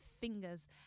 fingers